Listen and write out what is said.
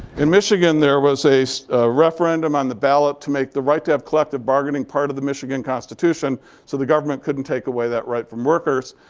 in michigan, there was a so referendum on the ballot to make the right to have collective bargaining part of the michigan constitution so the government couldn't take away that right from workers.